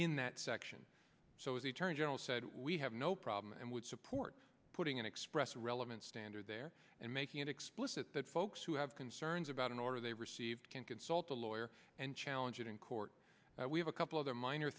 in that section so as eterne general said we have no problem and would support putting an express relevant standard there and making it explicit that folks who have concerns about an order they receive can consult a lawyer and challenge it in court we have a couple other minor